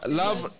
love